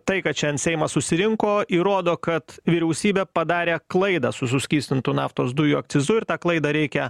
tai kad šiandien seimas susirinko įrodo kad vyriausybė padarė klaidą su suskystintų naftos dujų akcizu ir tą klaidą reikia